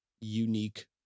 unique